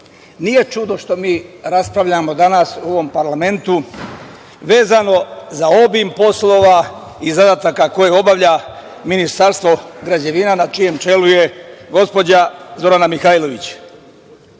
čudo što mi raspravljamo danas u ovom parlamentu vezano za obim poslova i zadataka koje obavlja Ministarstvo građevine, na čijem čelu je gospođa Zorana Mihajlović. Ono